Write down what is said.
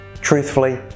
Truthfully